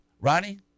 Ronnie